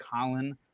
Colin